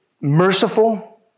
merciful